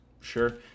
sure